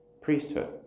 priesthood